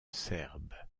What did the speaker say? serbes